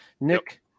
Nick –